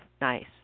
Nice